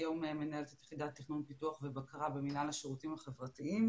היום מנהלת את יחידת תכנון ופיתוח ובקרה במינהל השירותים החברתיים